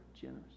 generous